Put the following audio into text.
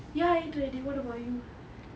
ya I ate already what about you